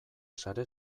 sare